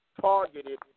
targeted